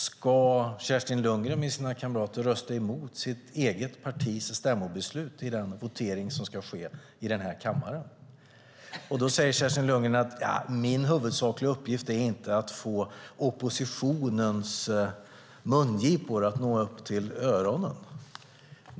Ska Kerstin Lundgren och hennes partikamrater rösta emot sitt eget partis stämmobeslut i den votering som ska äga rum i den här kammaren? Kerstin Lundgren säger: Min huvudsakliga uppgift är inte att få oppositionens mungipor att nå upp till öronen.